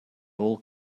all